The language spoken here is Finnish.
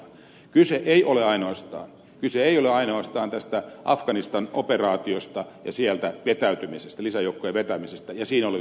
kyse ei ole ainoastaan kyse ei ole ainoastaan tästä afganistan operaatiosta ja sieltä vetäytymisestä lisäjoukkojen vetämisestä ja siinä olevista tiedon katkoista